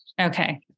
Okay